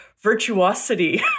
virtuosity